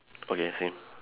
okay same